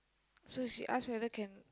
so she ask whether can